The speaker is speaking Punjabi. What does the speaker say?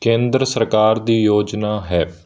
ਕੇਂਦਰ ਸਰਕਾਰ ਦੀ ਯੋਜਨਾ ਹੈ